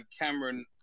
Cameron